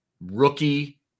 rookie